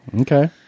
Okay